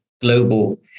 global